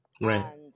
Right